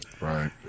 Right